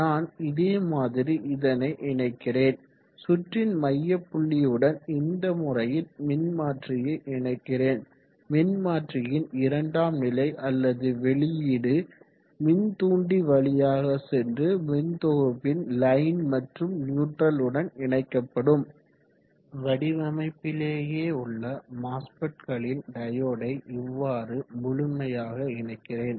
நான் இதே மாதிரி இதனை இணைக்கிறேன் சுற்றின் மையப்புள்ளியுடன் இந்த முறையில் மின்மாற்றியை இணைக்கிறேன் மின்மாற்றியின் இரண்டாம் நிலை அல்லது வெளியீடு மின் தூண்டி வழியாக சென்று மின்தொகுப்பின் லைன் மற்றும் நியூட்ரல் உடன் இணைக்கப்படும் வடிவமைப்பிலேயே உள்ள மாஸ்பெட்களின் டையோடை இவ்வாறு முழுமையாக இணைக்கிறேன்